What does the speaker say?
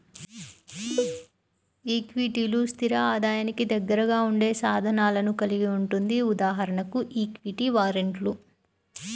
ఈక్విటీలు, స్థిర ఆదాయానికి దగ్గరగా ఉండే సాధనాలను కలిగి ఉంటుంది.ఉదాహరణకు ఈక్విటీ వారెంట్లు